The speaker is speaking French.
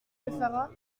beffara